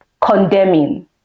condemning